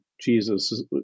Jesus